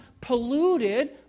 polluted